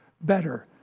better